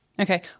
Okay